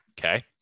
okay